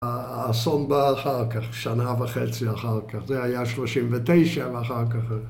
‫האסון בא אחר כך, שנה וחצי אחר כך. ‫זה היה 39' ואחר כך.